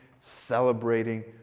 celebrating